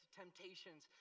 temptations